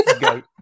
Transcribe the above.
Goat